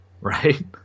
right